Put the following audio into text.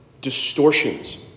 distortions